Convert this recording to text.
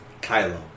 Kylo